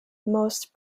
most